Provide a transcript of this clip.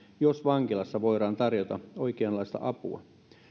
jos vankilassa voidaan tarjota oikeanlaista apua